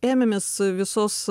ėmėmės visos